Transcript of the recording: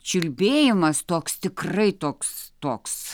čiulbėjimas toks tikrai toks toks